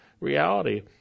reality